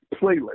playlist